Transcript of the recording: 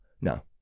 no